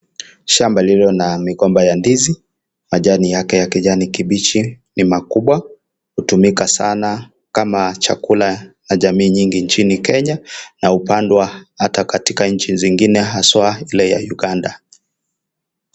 Shamba lililo na magomba ya ndizi majani yake ya kijani kibichi, ni makubwa ,hutumika sana kama chakula na jamii nyingi nchini Kenya na upandwa ata katika nchi zingine haswa Ile ya Uganda.